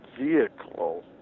vehicle